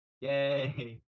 Yay